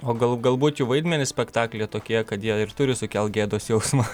o gal galbūt jų vaidmenys spektaklyje tokie kad jie ir turi sukelti gėdos jausmą